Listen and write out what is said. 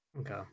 Okay